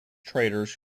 traders